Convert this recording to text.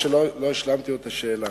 רגע, אני חושב שעוד לא השלמתי את התשובה.